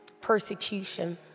persecution